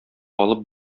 алып